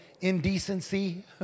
indecency